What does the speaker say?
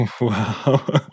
Wow